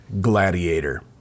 gladiator